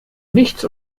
nichts